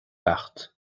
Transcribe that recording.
acht